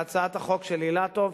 בהצעת החוק של אילטוב,